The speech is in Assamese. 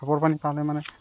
টেপৰ পানী পালে মানে